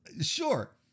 Sure